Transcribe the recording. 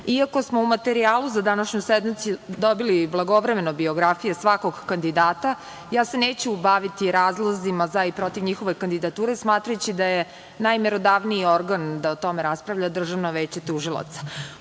smo u materijalu za današnju sednicu blagovremeno dobili biografije svakog kandidata, ja se neću baviti razlozima za i protiv njihove kandidature, smatrajući da je najmerodavniji organ da o tome rasprava Državno veće tužilaca. Upravo